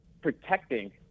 protecting